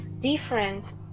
different